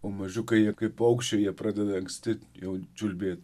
o mažiukai jie kaip paukščių jie pradeda anksti jau čiulbėt